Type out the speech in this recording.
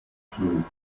flut